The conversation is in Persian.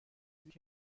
چیزی